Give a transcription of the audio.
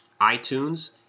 iTunes